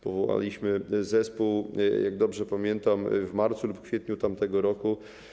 Powołaliśmy zespół, jeśli dobrze pamiętam, w marcu lub kwietniu tamtego roku.